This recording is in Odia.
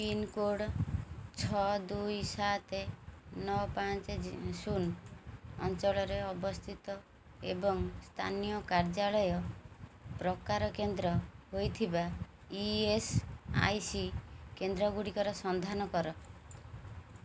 ପିନ୍କୋଡ଼୍ ଛଅ ଦୁଇ ସାତ ନଅ ପାଞ୍ଚ ଶୂନ ଅଞ୍ଚଳରେ ଅବସ୍ଥିତ ଏବଂ ସ୍ଥାନୀୟ କାର୍ଯ୍ୟାଳୟ ପ୍ରକାର କେନ୍ଦ୍ର ହୋଇଥିବା ଇ ଏସ୍ ଆଇ ସି କେନ୍ଦ୍ରଗୁଡ଼ିକର ସନ୍ଧାନ କର